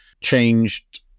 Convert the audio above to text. changed